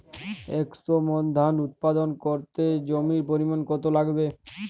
একশো মন ধান উৎপাদন করতে জমির পরিমাণ কত লাগবে?